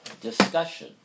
discussion